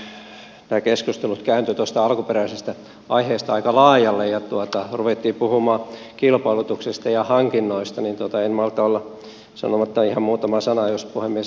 kun nyt nämä keskustelut kääntyivät alkuperäisestä aiheesta aika laajalle ja ruvettiin puhumaan kilpailutuksesta ja hankinnoista en malta olla sanomatta ihan muutamaa sanaa jos puhemies sallii sen